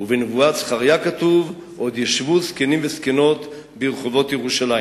ובנבואת זכריה כתוב: "עוד ישבו זקנים וזקנות ברחובות ירושלים".